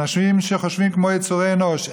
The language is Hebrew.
אנשים שחושבים כמו יצורי אנוש,